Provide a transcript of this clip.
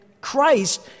Christ